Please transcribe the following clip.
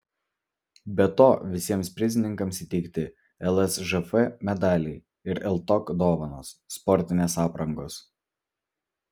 be to visiems prizininkams įteikti lsžf medaliai ir ltok dovanos sportinės aprangos